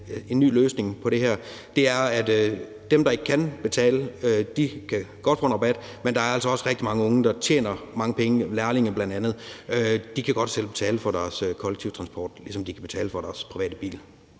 en ny løsning på det her, er, at dem, der ikke kan betale, får en rabat, men der er altså også rigtig mange unge, der tjener mange penge, bl.a. lærlinge. De kan godt selv betale for deres kollektive transport, ligesom de kan betale for deres private biler.